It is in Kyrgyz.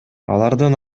алардын